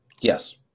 Yes